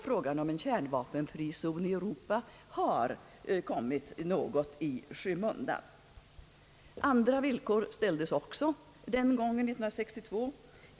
Frågan om en kärnvapenfri zon i Europa som separat nedrustningsåtgärd har därmed kommit något i skymundan. Andra villkor ställdes också den gången, således år 1962.